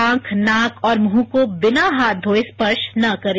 आंख नाक और मुंह को बिना हाथ धोये स्पर्श न करें